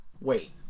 Wait